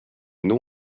non